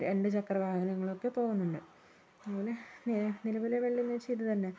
രണ്ട് ചക്ര വാഹനങ്ങളൊക്കെ പോകുന്നുണ്ട് അങ്ങനെ നിലവിലെ വെല്ലുവിളിയെന്നു വച്ചാൽ ഇത് തന്നെ